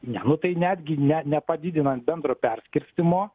ne nu tai netgi ne nepadidinant bendro perskirstymo